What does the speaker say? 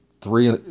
three